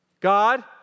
God